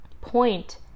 point